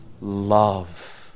love